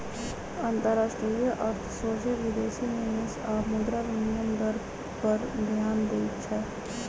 अंतरराष्ट्रीय अर्थ सोझे विदेशी निवेश आऽ मुद्रा विनिमय दर पर ध्यान देइ छै